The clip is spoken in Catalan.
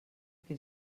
que